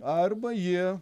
arba jie